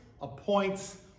appoints